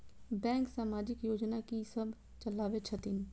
Bank समाजिक योजना की सब चलावै छथिन?